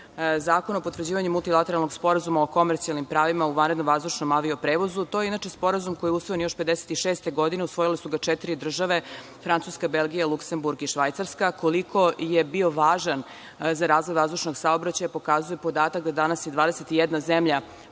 o potvrđivanju multilateralnog sporazuma o komercijalnim pravima u vanrednom vazdušnom prevozu, to je inače sporazum koji je usvojen još 1956. godine, usvojile su ga četiri države: Francuska, Belgija, Luksemburg i Švajcarska. Koliko je bio važan za razvoj vazdušnog saobraćaja pokazuje podatak da je danas 21 zemlja